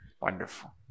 Wonderful